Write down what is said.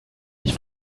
sich